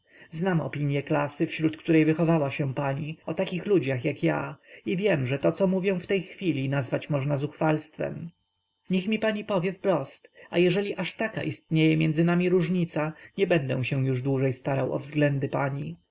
znam opinie klasy wśród której wychowała się pani o takich ludziach jak ja i wiem że to co mówię w tej chwili nazwać można zuchwalstwem niech mi więc pani powie wprost a jeżeli aż taka istnieje między nami różnica nie będę się już dłużej starał o względy pani